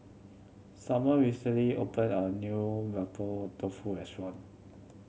Sommer recently opened a new Mapo Tofu restaurant